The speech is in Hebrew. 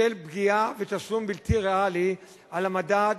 פגיעה ותשלום בלתי ריאלי על המדד,